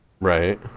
Right